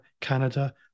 Canada